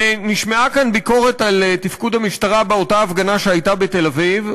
נשמעה כאן ביקורת על תפקוד המשטרה באותה הפגנה שהייתה בתל-אביב.